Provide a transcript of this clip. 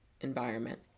environment